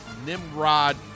Nimrod